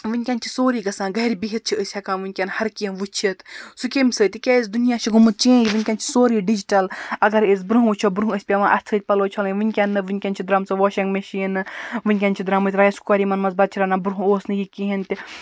وٕنکٮ۪ن چھِ سورُے گژھان گَرِ بِہِتھ چھِ أسۍ ہٮ۪کان وٕنکٮ۪ن ہَر کیٚنٛہہ وٕچھِتھ سُہ کیٚمۍ سۭتۍ تِکیٛازِ دُنیا چھُ گوٚمُت چینٛج وٕنکٮ۪ن چھِ سورُے ڈِجٹَل اگر أسۍ برٛونٛہہ وٕچھو برٛونٛہہ ٲسۍ پٮ۪وان اَتھٕ سۭتۍ پَلو چھَلٕنۍ وٕنکٮ۪ن نہٕ وٕنکٮ۪ن چھِ درٛامژٕ واشِنٛگ میٚشیٖنہٕ وٕنکٮ۪ن چھِ درٛامٕتۍ رایِس کُکَر یِمَن منٛز بَتہٕ چھِ رَنان برٛونٛہہ اوس نہٕ یہِ کِہیٖنۍ تہِ